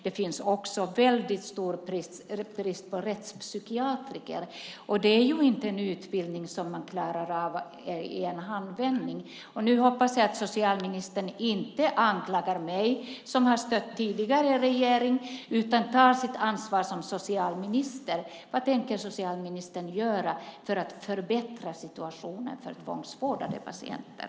Det finns också en väldigt stor brist på rättspsykiatrer, och det är inte en utbildning som man klarar av i en handvändning. Nu hoppas jag att socialministern inte anklagar mig som har stött tidigare regering utan tar sitt ansvar som socialminister. Vad tänker socialministern göra för att förbättra situationen för tvångsvårdade patienter?